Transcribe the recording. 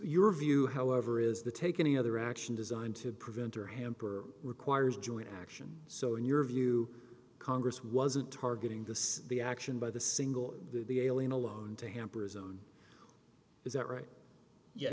your view however is the take any other action designed to prevent or hamper requires joint action so in your view congress wasn't targeting the says the action by the single the alien alone to hamper his own is that right you